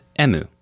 emu